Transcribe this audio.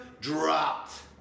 Dropped